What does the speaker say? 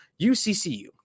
UCCU